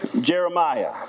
Jeremiah